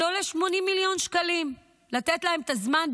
זה עולה 80 מיליון שקלים לתת להן את הזמן,